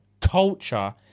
culture